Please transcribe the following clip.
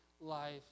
life